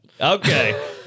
Okay